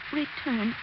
return